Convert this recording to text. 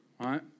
right